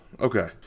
Okay